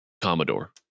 Commodore